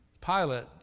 Pilate